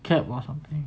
cab or something